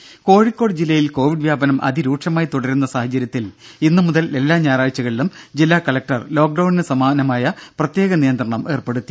ദര കോഴിക്കോട് ജില്ലയിൽ കോവിഡ് വ്യാപനം അതിരൂക്ഷമായി തുടരുന്ന സാഹചര്യത്തിൽ ഇന്നുമുതൽ എല്ലാ ഞായറാഴ്ചകളിലും ജില്ലാ കലക്ടർ ലോക്ഡൌണിന് സമാനമായ പ്രത്യേക നിയന്ത്രണം ഏർപ്പെടുത്തി